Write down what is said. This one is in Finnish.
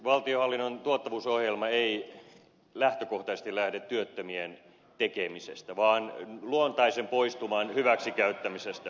valtionhallinnon tuottavuusohjelma ei lähtökohtaisesti lähde työttömien tekemisestä vaan luontaisen poistuman hyväksikäyttämisestä